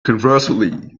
conversely